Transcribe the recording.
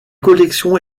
collection